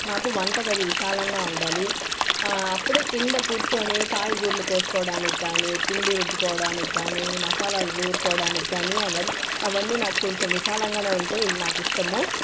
నాకు వంట గది విశాలంగా ఉండాలి అప్పుడే కింద కూర్చొని కాయగూరలు కోసుకోవడానికి కానీ పిండి రుబ్బుకోవడానికి కానీ మసాలాలు నూరుకోవడానికి కానీ అవ అవన్నీ నాకు కొంచెం విశాలంగానే ఉంటే నాకు ఇష్టము